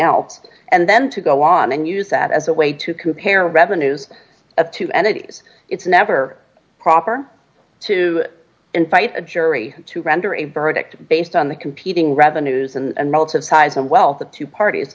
else and then to go on and use that as a way to compare revenues of two entities it's never proper to invite a jury to render a verdict based on the competing revenues and relative size of wealth the two parties